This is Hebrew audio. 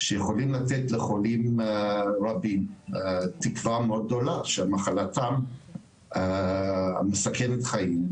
שיכולות לתת לחולים רבים תקווה מאוד גדולה שמחלתם מסכנת חיים,